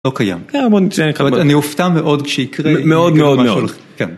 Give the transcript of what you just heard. לא קיים, אני אופתע מאוד שיקרה משהוא מאוד מאוד מאוד